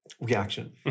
reaction